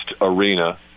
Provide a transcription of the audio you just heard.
Arena